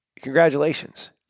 congratulations